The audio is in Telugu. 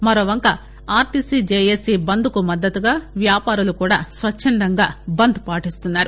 మరో వంక ఆర్టీసీ జేఏసీ బంద్కు మద్దతుగా వ్యాపారులు కూడా స్వచ్చందంగా బంద్ను పాటిస్తున్నారు